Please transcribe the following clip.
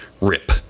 RIP